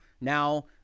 now